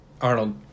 Arnold